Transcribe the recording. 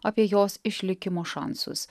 apie jos išlikimo šansus